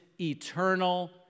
eternal